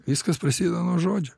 viskas prasideda nuo žodžio